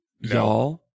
Y'all